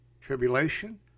Tribulation